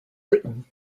britain